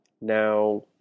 Now